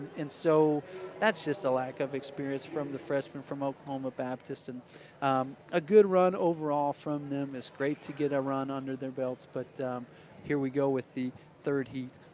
and so that's just a lack of experience from the freshman from oklahoma baptist, and a good run overall from them, it's great to get a run under their belts, but here we go with the third heat.